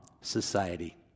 society